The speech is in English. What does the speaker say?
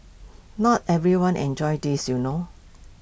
not everyone enjoys this you know